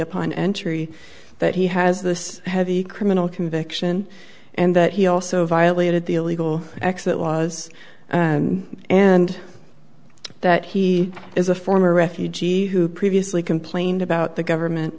upon entry that he has this heavy criminal conviction and that he also violated the illegal acts that laws and that he is a former refugee who previously complained about the government